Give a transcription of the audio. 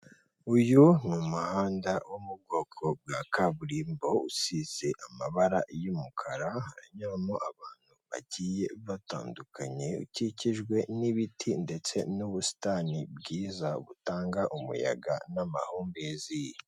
Uyu umuhanda wo mu bwoko bwa kaburimbo usize amabara y'umukara, haranyuramo abantu bagiye batandukanye, ukikijwe n'ibiti ndetse n'ubusitani bwiza butanga umuyaga n'amahumbezi.